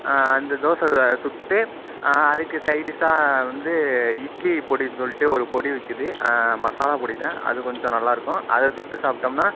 அஞ்சு தோசை சுட்டு அதுக்கு சைடிஷ்ஷாக வந்து இட்லி பொடின்னு சொல்லிவிட்டு ஒரு பொடி விற்கிது மசாலாப் பொடி தான் அது கொஞ்சம் நல்லா இருக்கும் அதை தொட்டு சாப்பிட்டோம்னா